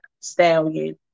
Stallion